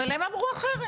אבל הם אמרו אחרת.